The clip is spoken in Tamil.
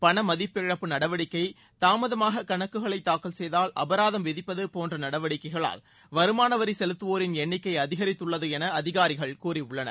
பண மதிப்பிழப்பு நடவடிக்கை தாமதமாக கணக்குகளை தாக்கல செய்தால் அபராதம் விதிப்பது போன்ற நடவடிக்கைகளால் வருமானவரி செலுத்துவோரின் எண்ணிக்கை அதிகரித்துள்ளது என அதிகாரிகள் கூறியுள்ளனர்